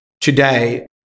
today